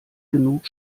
genug